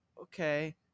okay